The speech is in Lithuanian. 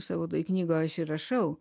savo toj knygoj aš ir rašau